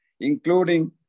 including